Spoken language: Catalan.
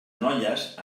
noies